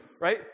right